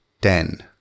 ten